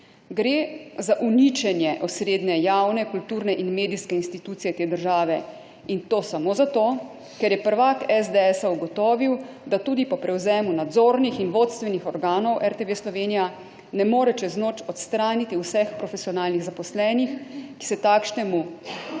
Gre za uničenje osrednje javne kulturne in medijske institucije te države, in to samo zato, ker je prvak SDS ugotovil, da tudi po prevzemu nadzornih in vodstvenih organov RTV Slovenija ne more čez noč odstraniti vseh profesionalnih zaposlenih, ki se takšnemu